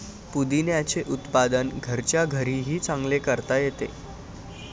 पुदिन्याचे उत्पादन घरच्या घरीही चांगले करता येते